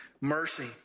mercy